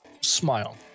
smile